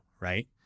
right